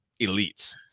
elites